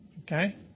okay